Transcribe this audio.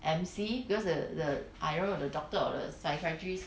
M_C because the the either the doctor or the psychiatrist